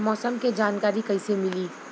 मौसम के जानकारी कैसे मिली?